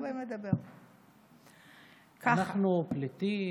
אנחנו פליטים?